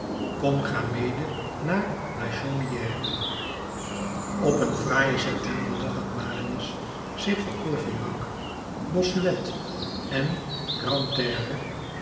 kom ga mede naar la chaumière op een fraaien septemberdag had marius zich door courfeyrac bossuet en